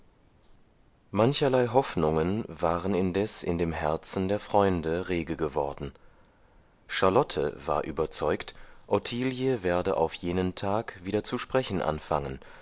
mancherlei hoffnungen waren indes in dem herzen der freunde rege geworden charlotte war überzeugt ottilie werde auf jenen tag wieder zu sprechen anfangen